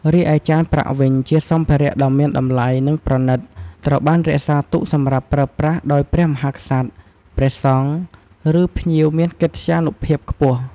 រីឯ ចានប្រាក់វិញជាសម្ភារៈដ៏មានតម្លៃ និងប្រណីត ត្រូវបានរក្សាទុកសម្រាប់ប្រើប្រាស់ដោយព្រះមហាក្សត្រ ព្រះសង្ឃ ឬភ្ញៀវមានកិត្យានុភាពខ្ពស់។